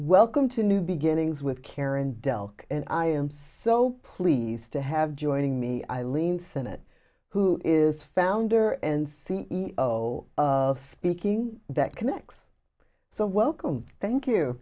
welcome to new beginnings with karen dell and i am so pleased to have joining me eileen senate who is founder and c e o of speaking that connects so welcome thank you